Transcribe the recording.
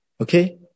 Okay